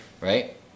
Right